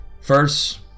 First